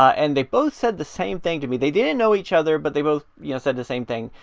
and they both said the same thing to me. they didn't know each other but they both you know said the same thing.